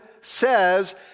says